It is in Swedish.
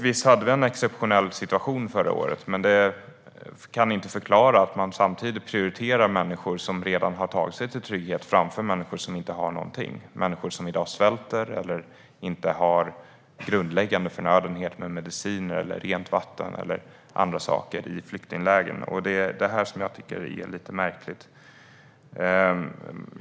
Visst hade vi en exceptionell situation förra året, men det kan inte förklara att man samtidigt prioriterar människor som redan har tagit sig till trygghet framför människor som inte har någonting, människor som i dag i flyktinglägren svälter eller inte har grundläggande förnödenheter, medicin, rent vatten eller andra saker. Det är det här som jag tycker är lite märkligt.